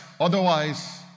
Otherwise